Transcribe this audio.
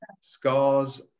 scars